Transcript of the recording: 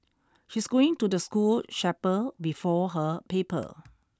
she's going to the school chapel before her paper